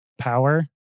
power